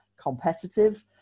competitive